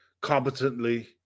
competently